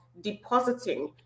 depositing